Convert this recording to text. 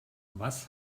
was